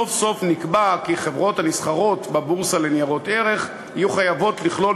סוף-סוף נקבע כי חברות הנסחרות בבורסה לניירות ערך יהיו חייבות לכלול